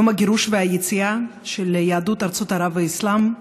יום הגירוש והיציאה של יהדות ארצות ערב והאסלאם,